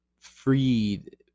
freed